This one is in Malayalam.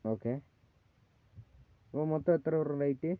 ഓക്കെ അപ്പോൾ മൊത്തം എത്ര വരും റേറ്റ്